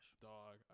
Dog